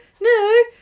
no